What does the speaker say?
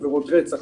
עבירות רצח,